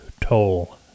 toll